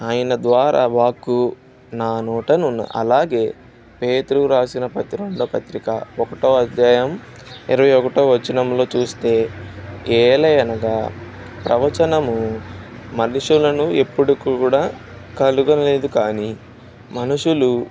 ఆయన ద్వారా వాక్కు నా నోటను ఉన్న అలాగే పేతురు రాసిన పతి రెండవ పత్రిక ఒకటవ అధ్యాయం ఇరవై ఒకటవ వచనంలో చూస్తే ఏలే అనగా ప్రవచనము మనుషులను ఎప్పుడు కూడా కలుగలేదు కానీ మనుషులు